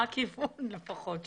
הכיוון, מה הכיוון לפחות?